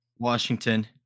Washington